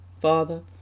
Father